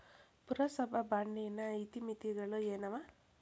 ಪುರಸಭಾ ಬಾಂಡಿನ ಇತಿಮಿತಿಗಳು ಏನವ?